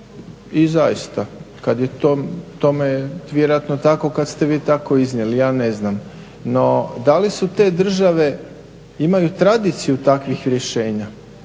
I zaista, kad je tome vjerojatno tako kad ste vi tako iznijeli. Ja ne znam. No, da li su te države imaju tradiciju takvih rješenja